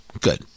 Good